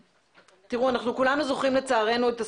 לצערנו,